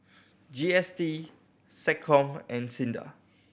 G S T SecCom and SINDA